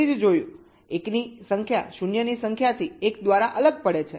એકની સંખ્યા શૂન્યની સંખ્યાથી 1 દ્વારા અલગ પડે છે